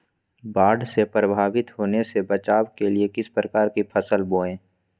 बाढ़ से प्रभावित होने से बचाव के लिए किस प्रकार की फसल बोए?